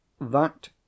That